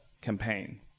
campaign